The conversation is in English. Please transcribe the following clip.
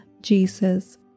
Jesus